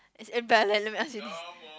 as let me ask you this